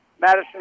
Madison